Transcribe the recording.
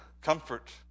Comfort